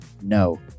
no